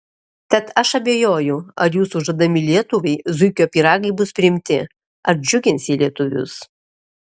tad aš abejoju ar jūsų žadami lietuvai zuikio pyragai bus priimti ar džiugins jie lietuvius